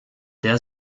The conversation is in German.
der